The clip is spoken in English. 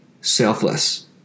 selfless